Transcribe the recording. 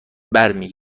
برمی